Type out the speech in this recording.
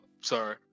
sorry